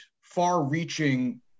far-reaching